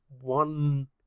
one